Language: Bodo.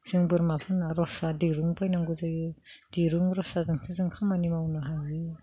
जों बोरमाफोरनो रसा दिरुं फैनांगौ जायो दिरुं रसाजोंसो जों खामानि मावनो हायो